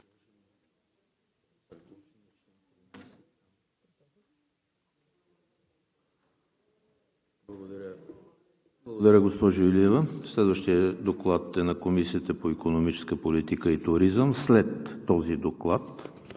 Благодаря, госпожо Илиева. Следващият Доклад е на Комисията по икономическа политика и туризъм. Моля колегите